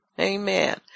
Amen